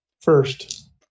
first